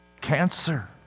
cancer